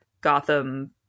Gotham